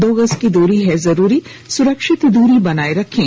दो गज की दूरी है जरूरी सुरक्षित दूरी बनाए रखें